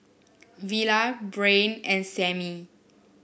Villa Brain and Samie